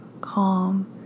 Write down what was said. calm